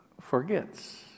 forgets